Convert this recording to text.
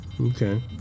Okay